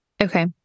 Okay